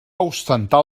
ostentar